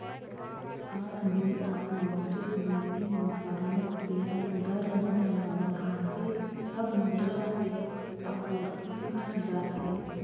RBI मौद्रिक नीति म परमुख बियाज दर मन ल बढ़ाथे तब मुद्रा के आपूरति घट जाथे